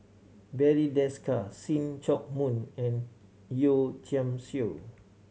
Barry Desker See Chak Mun and Yeo Tiam Siew